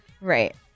Right